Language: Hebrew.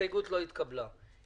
הצבעה לא נתקבלה.